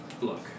look